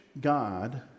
God